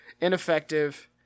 ineffective